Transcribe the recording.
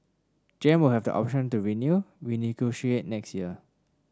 Gem will have an option to renew renegotiate next year